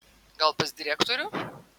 gal pas direktorių